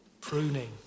Pruning